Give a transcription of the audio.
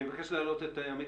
אני מבקש להעלות את עמית